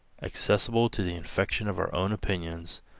accessible to the infection of our own opinions.